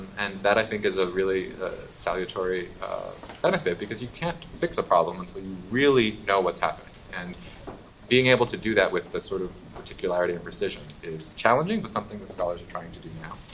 and that i think is a really salutory benefit. because you can't fix a problem until you really know what's happening, and being able to do that with the sort of particularity and precision is challenging, but something that scholars are trying to do now.